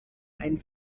einen